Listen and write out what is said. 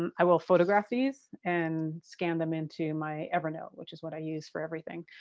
and i will photograph these and scan them into my evernote, which is what i use for everything.